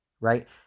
right